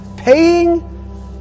paying